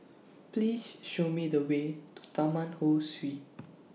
Please Show Me The Way to Taman Ho Swee